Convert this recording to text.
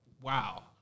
Wow